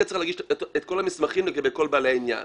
צריך להגיש את כל המסמכים לגבי כל בעלי העניין.